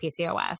PCOS